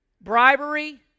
Bribery